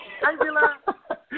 Angela